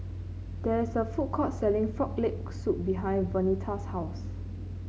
there is a food court selling Frog Leg Soup behind Vernita's house